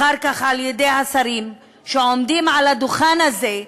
אחר כך על-ידי השרים, שעומדים על הדוכן הזה,